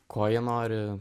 ko jie nori